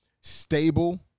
stable